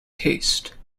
taste